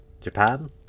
Japan